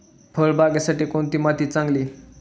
फळबागेसाठी कोणती माती चांगली?